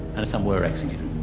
and some were executed.